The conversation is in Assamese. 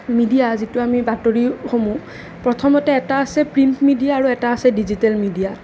মিডিয়া যিটো আমি বাতৰিসমূহ প্ৰথমতে এটা আছে প্ৰিণ্ট মিডিয়া আৰু এটা আছে ডিজিটেল মিডিয়া